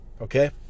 Okay